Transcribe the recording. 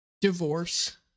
Divorce